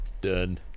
Done